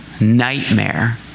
nightmare